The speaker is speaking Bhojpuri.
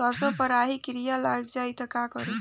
सरसो पर राही किरा लाग जाई त का करी?